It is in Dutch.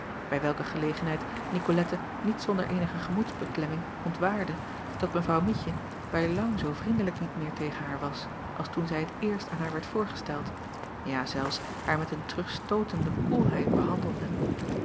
bij welke gelegenheid icolette niet zonder eenige gemoedsbeklemming ontwaarde dat evrouw ietje bij lang zoo vriendelijk niet meer tegen haar was als toen zij t eerst aan haar werd voorgesteld ja zelfs haar met een terugstootende koelheid behandelde